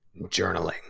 journaling